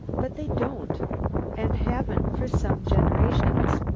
but they don't and haven't for some generations.